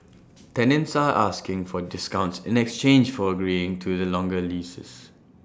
tenants are asking for discounts in exchange for agreeing to the longer leases